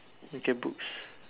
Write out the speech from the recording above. with your books